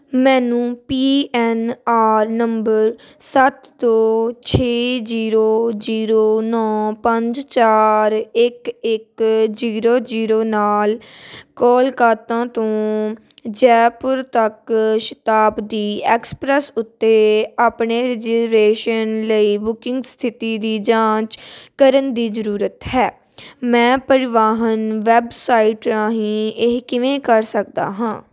ਮੈਨੂੰ P N R number ਸੱਤ ਦੋ ਛੇ ਜੀਰੋ ਜੀਰੋ ਨੌਂ ਪੰਜ ਚਾਰ ਇਕ ਇੱਕ ਜੀਰੋ ਜੀਰੋ ਨਾਲ ਕੋਲਕਾਤਾ ਤੋਂ ਜੈਪੁਰ ਤੱਕ ਸ਼ਤਾਬਦੀ ਐਕਸਪ੍ਰੈਸ ਉੱਤੇ ਆਪਣੇ ਰਿਜ਼ਰਵੇਸ਼ਨ ਲਈ ਬੁਕਿੰਗ ਸਥਿਤੀ ਦੀ ਜਾਂਚ ਕਰਨ ਦੀ ਜ਼ਰੂਰਤ ਹੈ ਮੈਂ ਪਰਿਵਾਹਨ ਵੈੱਬਸਾਈਟ ਰਾਹੀਂ ਇਹ ਕਿਵੇਂ ਕਰ ਸਕਦਾ ਹਾਂ